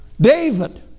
David